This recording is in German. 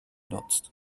genutzt